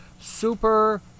super